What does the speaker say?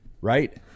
Right